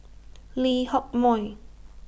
Lee Hock Moh